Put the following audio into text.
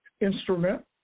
instrument